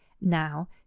Now